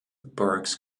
burghs